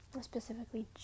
specifically